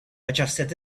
adjusted